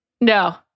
No